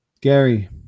Gary